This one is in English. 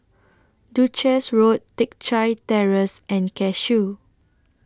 Duchess Road Teck Chye Terrace and Cashew